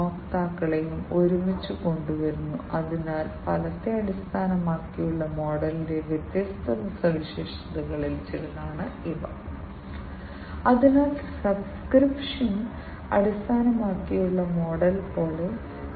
അതിനാൽ വാസ്തവത്തിൽ ഈ ഇൻപുട്ട് ഔട്ട്പുട്ട് ഘടകം യഥാർത്ഥ ലോകവുമായുള്ള ഇടപെടലിനായി വ്യത്യസ്ത പാരാമീറ്ററുകൾ മനസ്സിലാക്കാൻ കഴിയുന്ന രണ്ട് വ്യത്യസ്ത സെൻസറുകളെ ആക്യുവേറ്ററുകളെ ബന്ധിപ്പിക്കുന്നു